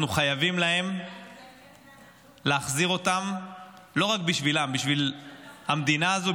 אנחנו חייבים להחזיר אותם לא רק בשבילם אלא בשביל המדינה הזו,